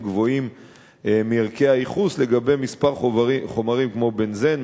גבוהים מערכי הייחוס לגבי כמה חומרים כמו בנזן,